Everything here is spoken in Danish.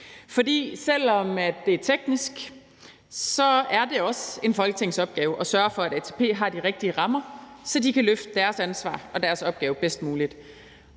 videre. Selv om det er teknisk, er det også en folketingsopgave at sørge for, at ATP har de rigtige rammer, så de kan løfte deres ansvar og deres opgave bedst muligt.